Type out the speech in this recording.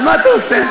אז מה אתה עושה?